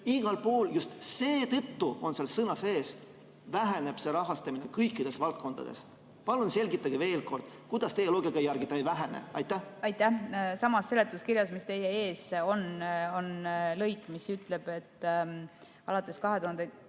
igal pool – just sõna "seetõttu" on seal sees – väheneb see rahastamine, kõikides valdkondades. Palun selgitage veel kord, kuidas teie loogika järgi see ei vähene. Aitäh! Samas seletuskirjas, mis teie ees on, on lõik, mis ütleb, et alates 2022.